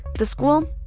the school,